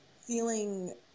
feeling